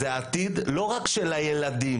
זה העתיד לא רק של הילדים,